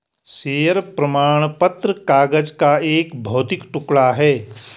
share प्रमाण पत्र कागज का एक भौतिक टुकड़ा है